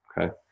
okay